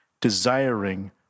desiring